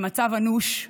במצב אנוש,